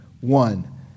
one